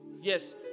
Yes